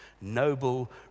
noble